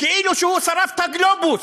כאילו שרף את הגלובוס.